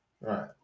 right